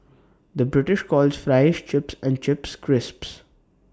the British calls Fries Chips and Chips Crisps